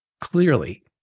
clearly